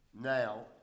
now